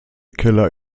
keller